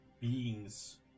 beings